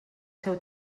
seu